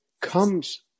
comes